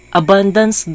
abundance